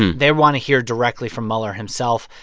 they want to hear directly from mueller himself.